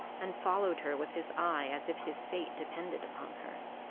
and followed her with his eye as if his fate depended upon her.